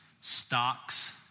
stocks